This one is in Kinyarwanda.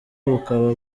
bukaba